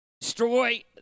destroy